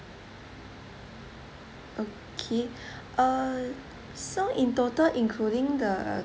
okay uh so in total including the